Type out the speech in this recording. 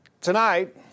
Tonight